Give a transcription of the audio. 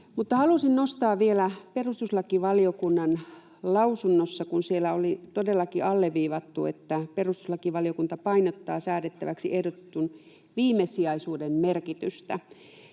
halusin nostaa vielä perustuslakivaliokunnan lausunnosta, kun siellä oli todellakin alleviivattu, että perustuslakivaliokunta painottaa säädettäväksi ehdotetun viimesijaisuuden merkitystä,